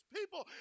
people